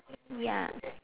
ya